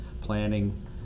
planning